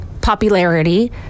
Popularity